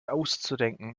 auszudenken